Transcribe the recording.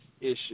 issue